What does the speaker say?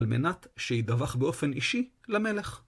על מנת שידווח באופן אישי למלך.